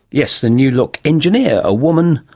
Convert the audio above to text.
yes, the new-look engineer a woman,